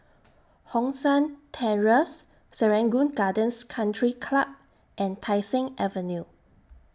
Hong San Terrace Serangoon Gardens Country Club and Tai Seng Avenue